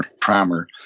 primer